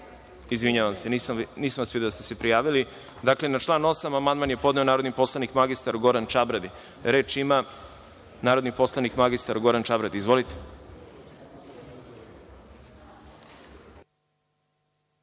Đurišić. Izvinjavam se, nisam vas video da ste se prijavili. Dakle, na član 8. amandman je podneo narodni poslanik mr Goran Čabradi. Reč ima narodni poslanik mr Goran Čabradi. Izvolite.